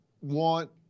want